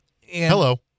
Hello